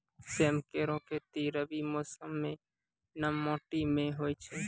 सेम केरो खेती रबी मौसम म नम माटी में होय छै